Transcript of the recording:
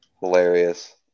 Hilarious